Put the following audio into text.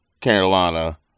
Carolina